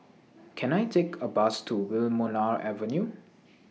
Can I Take A Bus to Wilmonar Avenue